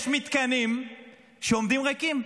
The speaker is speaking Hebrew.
יש מתקנים שעומדים ריקים,